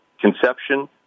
conception